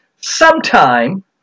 sometime